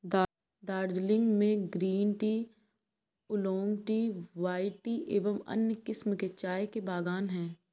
दार्जिलिंग में green tea, oolong tea, white tea एवं अन्य किस्म के चाय के बागान हैं